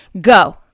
Go